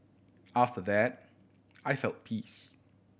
after that I felt peace